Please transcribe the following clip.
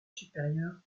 supérieur